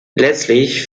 letztlich